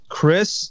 Chris